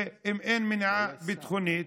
ואם אין מניעה ביטחונית,